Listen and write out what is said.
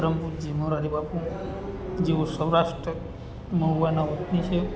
પરમ પૂજ્ય મોરારી બાપુ જેઓ સૌરાષ્ટ્ર મહુઆના વતની છે